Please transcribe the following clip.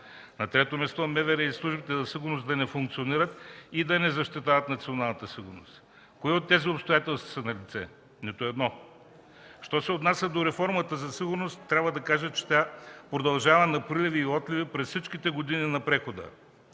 На трето място, МВР и службите за сигурност да не функционират и да не защитават националната сигурност. Кои от тези обстоятелства са налице? Нито едно. Що се отнася до реформата за сигурност, трябва да кажа, че тя продължава на приливи и отливи през всичките години на прехода.